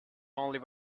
only